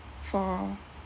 for